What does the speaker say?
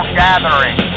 gathering